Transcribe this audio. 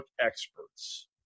experts